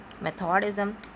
Methodism